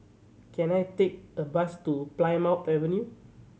can I take a bus to Plymouth Avenue